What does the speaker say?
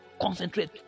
concentrate